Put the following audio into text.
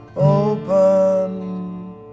Open